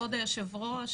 לכבוד היושב-ראש,